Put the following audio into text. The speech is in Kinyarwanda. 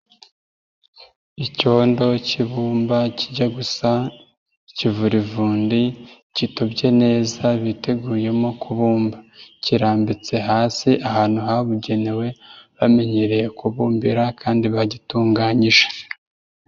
Icyondo k'ibumba kijya gusa kivurivundi gitobye neza biteguyemo kubumba kirambitse hasi ahantu habugenewe bamenyereye kubumbira kandi bagitunganyije.